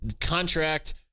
contract